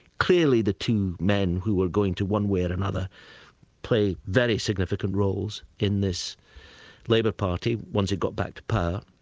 clearly the two men, who were going to one way or another play very significant roles in this labour party, once it got back to power.